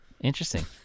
Interesting